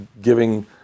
giving